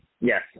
Yes